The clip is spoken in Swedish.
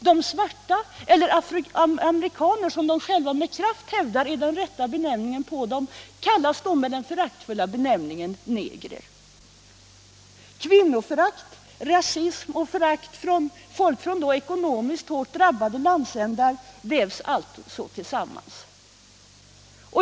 De svarta — eller afroamerikaner, som de själva med kraft hävdar är den rätta benämningen -— kallas föraktfullt negrer. Kvinnoförakt, rasism och förakt för folk från ekonomiskt hårt drabbade landsändar vävs alltså samman.